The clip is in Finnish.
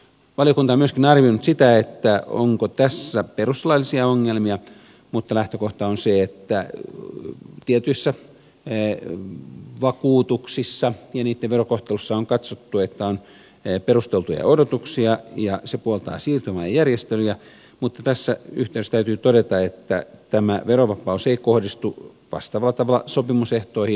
valiokunta on myöskin arvioinut sitä onko tässä perustuslaillisia ongelmia mutta lähtökohta on se että tietyissä vakuutuksissa ja niitten verokohtelussa on katsottu että on perusteltuja odotuksia ja se puoltaa siirtymäajan järjestelyjä mutta tässä yhteydessä täytyy todeta että tämä verovapaus ei kohdistu vastaavalla tavalla sopimusehtoihin